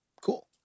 Cool